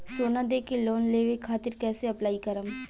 सोना देके लोन लेवे खातिर कैसे अप्लाई करम?